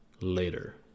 later